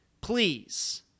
please